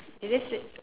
did they say